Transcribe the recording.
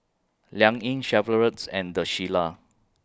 Liang Yi Chevrolet's and The Shilla